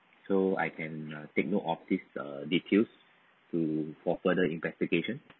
so I can uh take note of this uh details to for further investigation